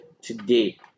today